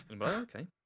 Okay